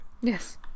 Yes